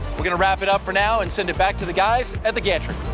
we're gonna wrap it up for now and send it back to the guys at the gantry.